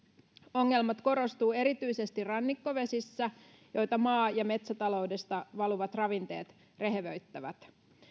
ongelmat korostuvat erityisesti rannikkovesissä joita maa ja metsätaloudesta valuvat ravinteet rehevöittävät